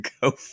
go